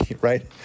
right